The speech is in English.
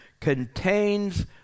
contains